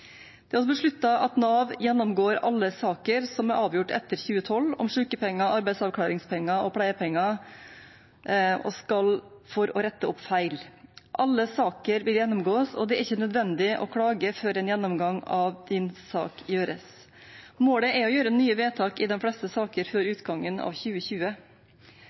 Det er altså besluttet at Nav gjennomgår alle saker som er avgjort etter 2012 om sykepenger, arbeidsavklaringspenger og pleiepenger, for å rette opp feil. Alle saker bør gjennomgås, og det er ikke nødvendig å klage før en gjennomgang av en sak gjøres. Målet er å gjøre nye vedtak i de fleste saker før utgangen av 2020.